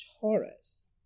Taurus